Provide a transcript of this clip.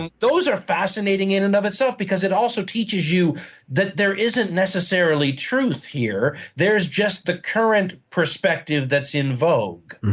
and those are fascinating in and of itself because it also teaches you that there isn't necessarily truth here there's just the current perspective that's in vogue.